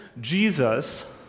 Jesus